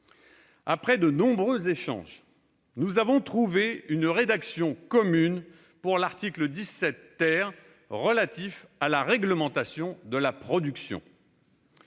après de nombreux échanges, nous avons trouvé une rédaction commune pour l'article 17 , relatif à la réglementation de la production,